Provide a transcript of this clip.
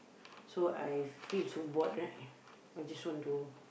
so I feel so bored right I just want to